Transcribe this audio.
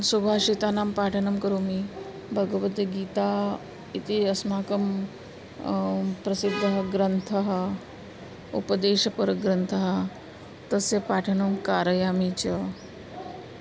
सुभाषितानां पाठनं करोमि भगवद्गीता इति अस्माकं प्रसिद्धः ग्रन्थः उपदेशपरग्रन्थः तस्य पाठनं कारयामि च